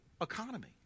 economy